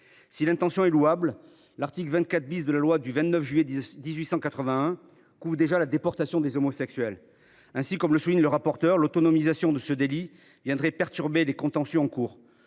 Si l’intention est louable, l’article 24 de la loi du 29 juillet 1881 couvre déjà la déportation des homosexuels. Aussi, comme le souligne le rapporteur, l’autonomisation de ce délit viendrait perturber les contentieux en cours.